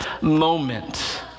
moment